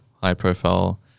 high-profile